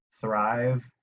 thrive